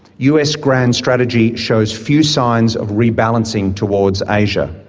us grand strategy shows few signs of rebalancing towards asia.